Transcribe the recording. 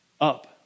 Up